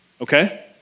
Okay